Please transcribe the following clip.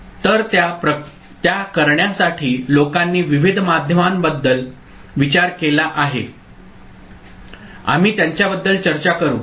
तर त्या करण्यासाठी लोकांनी विविध माध्यमांबद्दल विचार केला आहे आम्ही त्यांच्याबद्दल चर्चा करू